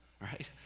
right